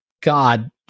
god